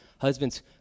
Husbands